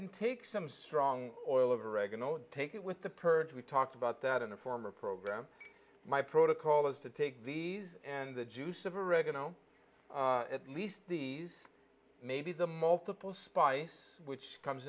and take some strong oil of oregano take it with the perch we talked about that in a former program my protocol is to take these and the juice of oregano at least these may be the multiple spice which comes